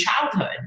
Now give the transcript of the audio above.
childhood